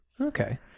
Okay